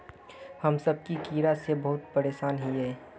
हम सब की कीड़ा से बहुत परेशान हिये?